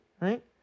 right